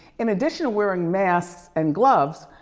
in addition to wearing masks and gloves,